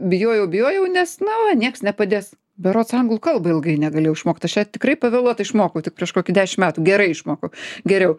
bijojau bijojau nes na va nieks nepadės berods anglų kalbą ilgai negalėjau išmokt aš ją tikrai pavėluotai išmokau tik prieš kokį dešim metų gerai išmokau geriau